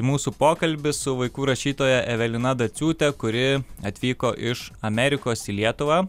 mūsų pokalbį su vaikų rašytoja evelina daciūtė kuri atvyko iš amerikos į lietuvą